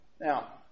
Now